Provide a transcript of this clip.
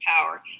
power